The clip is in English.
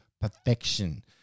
perfection